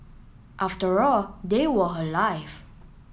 after all they were her life